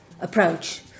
approach